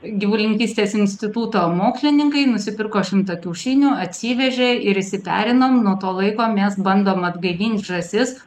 gyvulininkystės instituto mokslininkai nusipirko šimtą kiaušinių atsivežė ir išsiperinom nuo to laiko mes bandom atgaivint žąsis